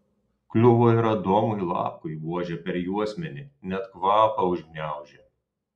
kliuvo ir adomui lapkui buože per juosmenį net kvapą užgniaužė